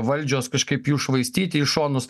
valdžios kažkaip jų švaistyti į šonus